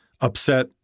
upset